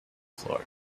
floor